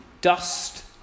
dust